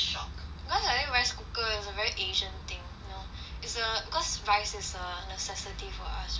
cause I think rice cooker is a very asian thing you know is a cause rice is a necessity for us right